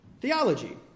theology